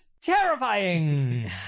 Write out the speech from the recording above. terrifying